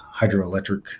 hydroelectric